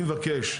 אני מבקש,